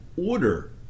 order